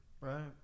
right